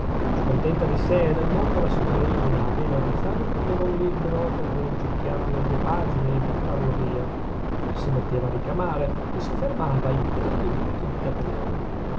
scontenta di sè e del mondo la signorina adele ruzzani prendeva un libro per leggiucchiarne due pagine e buttarlo via si metteva a ricamare e si fermava ai primi punti di catenella